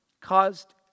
caused